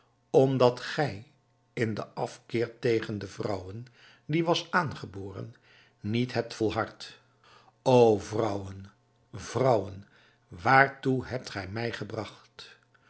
omdat gij in den afkeer tegen de vrouwen die was aangeboren niet hebt volhard o vrouwen vrouwen waartoe hebt gij mij gebragt